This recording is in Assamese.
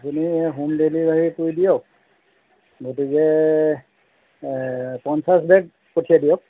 আপুনি হোম ডেলিভাৰী কৰি দিয়ক গতিকে পঞ্চাছ বেগ পঠিয়াই দিয়ক